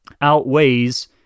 outweighs